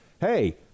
hey